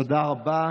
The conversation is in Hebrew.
תודה רבה.